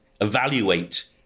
evaluate